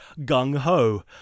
gung-ho